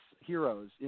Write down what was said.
heroes